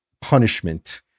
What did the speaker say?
punishment